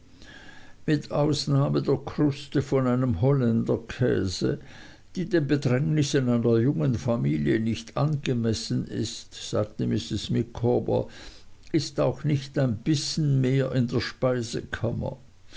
mit ausnahme der kruste von einem holländer käse die den bedürfnissen einer jungen familie nicht angemessen ist sagte mrs micawber ist auch nicht ein bissen mehr in der speisekammer